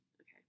Okay